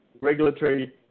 regulatory